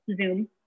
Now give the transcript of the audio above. Zoom